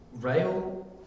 Rail